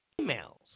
emails